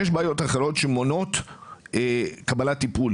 יש בעיות אחרות שמונעות קבלת טיפול